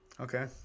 Okay